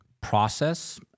process